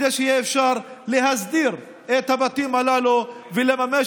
כדי שיהיה אפשר להסדיר את הבתים הללו ולממש